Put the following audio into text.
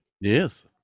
Yes